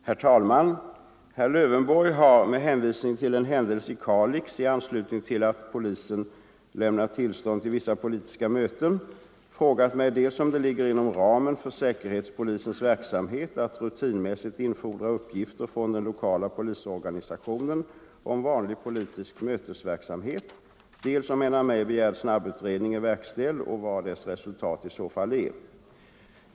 Herr Lövenborg har — med hänvisning till en händelse i Kalix i anslutning till att polisen lämnat tillstånd till vissa politiska möten — frågat mig dels om det ligger inom ramen för säkerhetspolisens verksamhet att rutinmässigt infordra uppgifter från den lokala polisorganisationen om vanlig politisk mötesverksamhet, dels om en av mig begärd snabbutredning är verkställd, och vad dess resultat i så fall är.